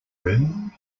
room